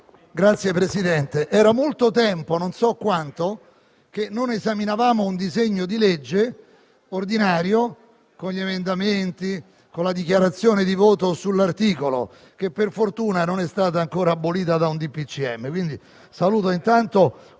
Signor Presidente, era molto tempo - non so quanto - che non esaminavamo un disegno di legge ordinario, con gli emendamenti e la dichiarazione di voto sull'articolo, che per fortuna non è stata ancora abolita da un decreto del Presidente